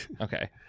okay